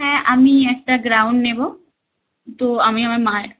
হ্যাঁ আমি একটা গাউন নেবো তো আমি আমার মায়ের